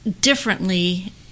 differently